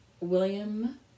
William